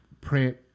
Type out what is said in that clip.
print